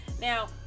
now